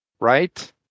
right